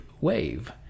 wave